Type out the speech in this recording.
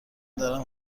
دارم